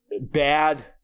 bad